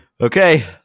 Okay